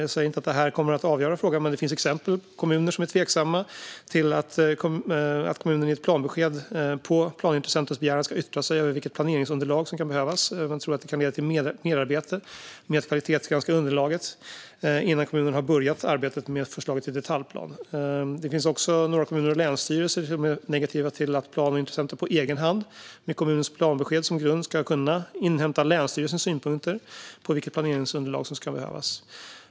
Jag säger inte att det kommer att avgöra frågan, men i detta fall finns det till exempel kommuner som är tveksamma till att kommunen i ett planbesked på planintressentens begäran ska yttra sig över vilket planeringsunderlag som kan behövas. De tror att det kan leda till merarbete med att kvalitetsgranska underlaget innan kommunen har börjat arbeta med förslaget till detaljplan. Det finns också några kommuner och länsstyrelser som är negativa till att planintressenter på egen hand, med kommunens planbesked som grund, ska kunna inhämta länsstyrelsens synpunkter på vilket planeringsunderlag som ska behövas.